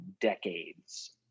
decades